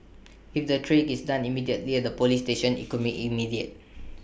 if the triage is done immediately at the Police station IT could be immediate